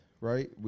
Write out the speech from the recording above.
right